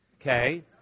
Okay